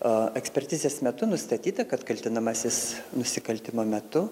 o ekspertizės metu nustatyta kad kaltinamasis nusikaltimo metu